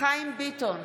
חיים ביטון,